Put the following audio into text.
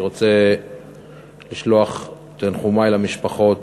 אני רוצה לשלוח תנחומי למשפחות,